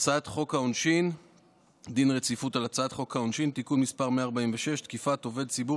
החלת דין רציפות על הצעת חוק העונשין (תיקון מס' 146) (תקיפת עובד ציבור